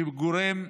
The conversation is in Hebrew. שגורמת